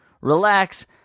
relax